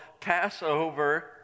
Passover